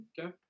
Okay